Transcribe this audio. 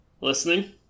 Listening